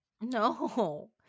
No